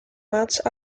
matchs